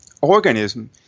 organism